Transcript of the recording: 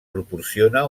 proporciona